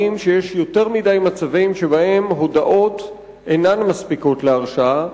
שיש יותר מדי מצבים שבהם הודאות אינן מספיקות להרשעה,